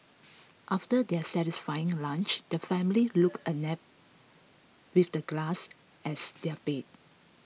after their satisfying lunch the family look a nap with the grass as their bed